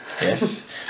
Yes